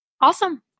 Awesome